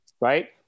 right